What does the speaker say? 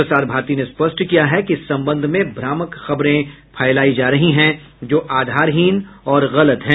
प्रसार भारती ने स्पष्ट किया है कि इस संबंध में भ्रामक खबरें फैलायी जा रही हैं जो आधारहीन और गलत हैं